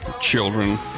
children